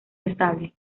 estable